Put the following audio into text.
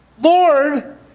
Lord